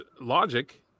logic